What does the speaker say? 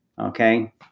Okay